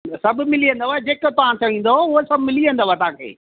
सभु मिली वेंदव जेका तव्हां चवंदव हूअ सभु मिली वेंदव तव्हांखे